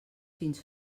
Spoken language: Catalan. fins